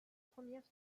premières